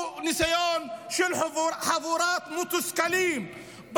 הוא ניסיון של חבורת מתוסכלים.